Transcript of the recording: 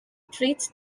treats